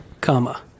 comma